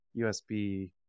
USB